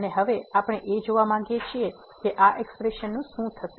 અને હવે આપણે એ જોવા માંગીએ છીએ કે આ એક્સપ્રેશન નું શું થશે